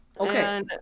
Okay